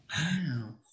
Wow